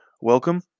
Welcome